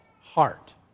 heart